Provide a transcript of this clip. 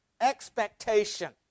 expectation